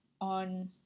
on